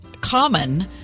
common